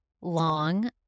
long